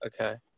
Okay